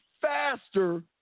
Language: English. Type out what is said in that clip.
faster